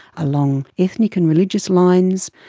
along ethnic and religious lines.